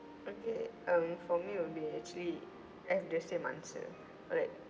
okay um for me will be actually has the the same answer like